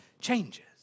changes